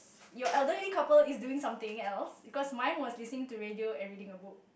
your elderly couple is doing something else because mine was listening to radio and reading a book